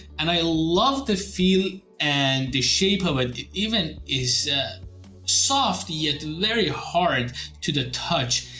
and i love the feel and the shape of of it even is soft, yet very hard to the touch.